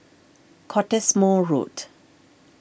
Cottesmore Road